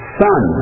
son